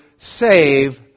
save